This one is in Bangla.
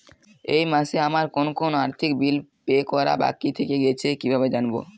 এই মাসে আমার কোন কোন আর্থিক বিল পে করা বাকী থেকে গেছে কীভাবে জানব?